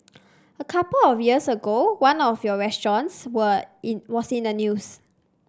a couple of years ago one of your restaurants were in was in the news